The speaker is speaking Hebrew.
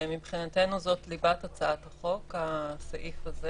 מבחינתנו זו ליבת הצעת החוק, סעיף 3,